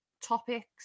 Topics